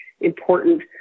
important